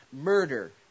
murder